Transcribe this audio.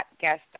guest